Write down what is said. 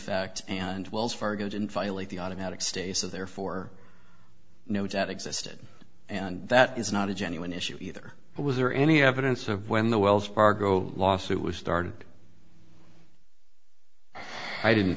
effect and wells fargo didn't file it the automatic stay so therefore no debt existed and that is not a genuine issue either but was there any evidence of when the wells fargo lawsuit was started i didn't